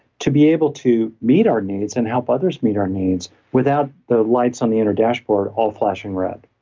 to be able to meet our needs and help others meet our needs without the lights on the inner dashboard all flashing red.